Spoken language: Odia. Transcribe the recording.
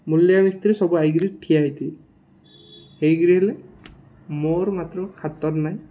ମୂଲିଆ ମିସ୍ତ୍ରୀ ସବୁ ଆସିକରି ଠିଆ ହେଇଥିଲି ହେଇକରି ହେଲେ ମୋର ମାତ୍ର ଖାତିର ନାହିଁ